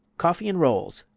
coffee n rolls!